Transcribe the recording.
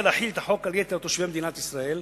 להחיל את החוק על יתר תושבי מדינת ישראל,